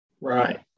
right